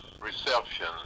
reception